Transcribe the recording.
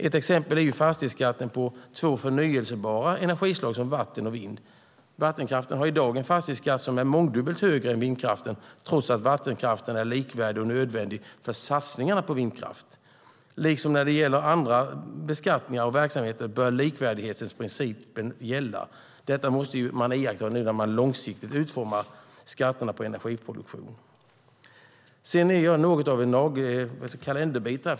Ett exempel är fastighetsskatten på två förnybara energislag som vatten och vind. Vattenkraften har i dag en fastighetsskatt som är mångdubbelt högre än vindkraften, trots att vattenkraften är likvärdig och nödvändig för satsningarna på vindkraft. Liksom när det gäller andra beskattningar av verksamheter bör likvärdighetsprincipen gälla. Detta måste man iaktta när man långsiktigt utformar skatterna för energiproduktion. Jag är något av en kalenderbitare.